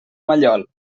mallol